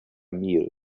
meal